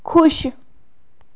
खुश